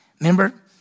Remember